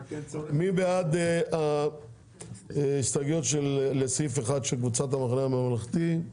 מי בעד ההסתייגויות לסעיף 1 של קבוצת המחנה הממלכתי?